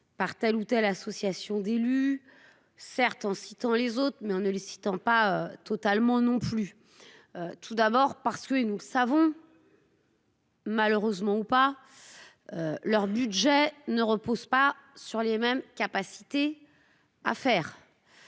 Par telle ou telle association d'élus. Certes, en citant les autres mais on ne le citant pas totalement non plus. Tout d'abord parce que nous savons.-- Malheureusement ou pas. Leur budget ne repose pas sur les mêmes capacités à faire.